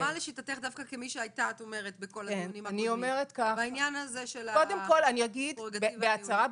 מה לשיטתך דווקא כמי שהיתה בכל הדיונים בעניין של הפררוגטיבה הניהולית?